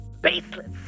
baseless